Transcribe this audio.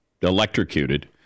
electrocuted